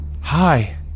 hi